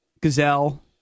Gazelle